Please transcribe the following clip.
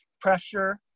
pressure